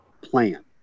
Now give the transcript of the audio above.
plan